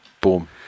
boom